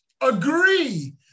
agree